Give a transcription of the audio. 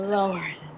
Lord